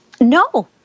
No